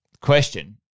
Question